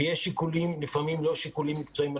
ויש שיקולים לפעמים לא שיקולים מקצועיים,